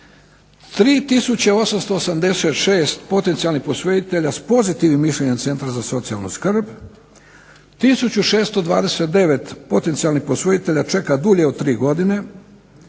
3886 potencijalnih posvojitelja s pozitivnim mišljenjem Centra za socijalnu skrb, 1629 potencijalnih posvojitelja čeka dulje od 3 godine,